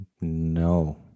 no